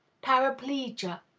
paraplegia,